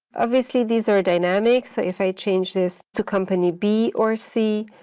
obviously, these are dynamic. so if i change this to company b or c,